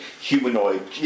humanoid